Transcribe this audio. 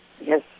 yes